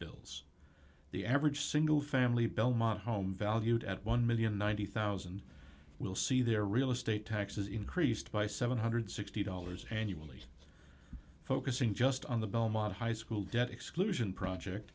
bills the average single family belmont home valued at one million ninety thousand dollars will see their real estate taxes increased by seven one hundred and sixty dollars annually focusing just on the belmont high school debt exclusion project